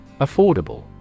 Affordable